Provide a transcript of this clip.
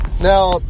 Now